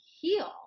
heal